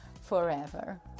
forever